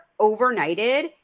overnighted